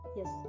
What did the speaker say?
Yes